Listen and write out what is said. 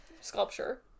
sculpture